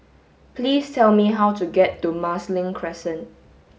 please tell me how to get to Marsiling Crescent